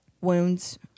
wounds